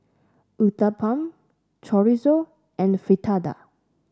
Uthapam Chorizo and Fritada